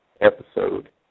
episode